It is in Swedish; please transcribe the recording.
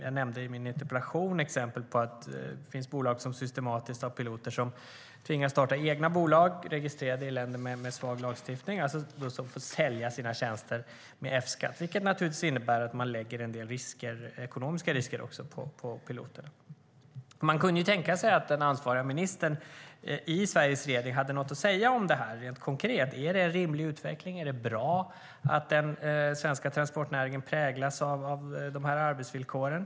Jag nämnde i min interpellation exempel på att det finns bolag som systematiskt har piloter som tvingas starta egna bolag registrerade i länder med svag lagstiftning, som alltså får sälja sina tjänster med F-skatt vilket naturligtvis innebär att man också lägger en del ekonomiska risker på piloterna. Man kunde tänka sig att den ansvariga ministern i Sveriges regering skulle kunna ha något att säga om det rent konkret. Är det en rimlig utveckling? Är det bra att den svenska transportnäringen präglas av de här arbetsvillkoren?